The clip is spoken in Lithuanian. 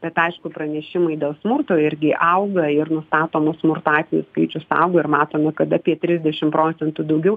bet aišku pranešimai dėl smurto irgi auga ir nustatomas smurto atvejų skaičius auga ir matome kad apie trisdešim procentų daugiau